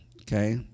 okay